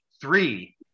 three